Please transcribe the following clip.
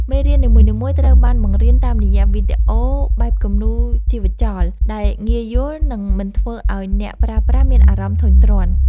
មេរៀននីមួយៗត្រូវបានបង្រៀនតាមរយៈវីដេអូបែបគំនូរជីវចលដែលងាយយល់ និង មិនធ្វើឱ្យអ្នកប្រើប្រាស់មានអារម្មណ៍ធុញទ្រាន់។